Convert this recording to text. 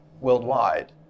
worldwide